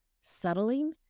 settling